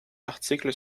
l’article